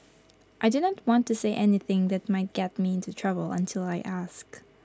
I do not want to say anything that might get me into trouble until I ask